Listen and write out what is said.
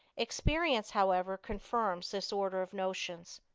experience, however, confirms this order of notions.